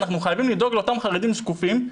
אנחנו חייבים לדאוג לאותם חרדים שקופים,